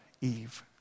Eve